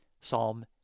Psalm